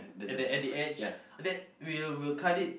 at the at the edge that will will cut it